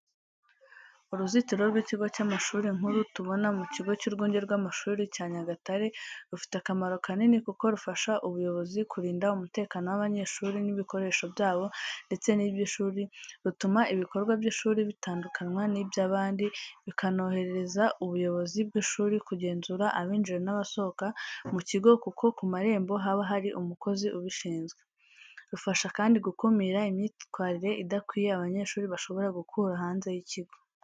Uruzitiro rw’ikigo cy’amashuri nk'uru tubona ku kigo cy'urwunge rw'amashuri cya Nyagatare, rufite akamaro kanini kuko rufasha ubuyobozi kurinda umutekano w’abanyeshuri n’ibikoresho byabo ndetse n’iby’ishuri, rutuma ibikorwa by’ishuri bitandukanywa n’iby’abandi, bikanorohereza ubuyobozi bw'ishuri kugenzura abinjira n’abasohoka mu kigo kuko ku marembo haba hari umukozi ubishinzwe. Rufasha kandi gukumira imyitwarire idakwiriye abanyeshuri bashobora gukura hanze y’ikigo.